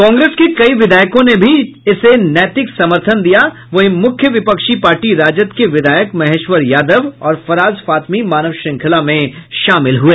कांग्रेस के कई विधायकों ने जहां इसे नैतिक समर्थन दिया वहीं मुख्य विपक्षी पार्टी राजद के विधायक महेश्वर यादव और फराज फातमी मानव श्रंखला में शामिल हुए